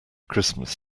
christmas